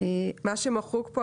מה שמחוק בו,